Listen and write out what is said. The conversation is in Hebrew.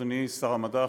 אדוני שר המדע,